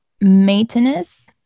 maintenance